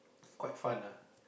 quite fun ah